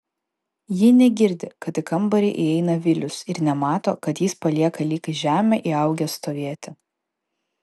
ji negirdi kad į kambarį įeina vilius ir nemato kad jis palieka lyg į žemę įaugęs stovėti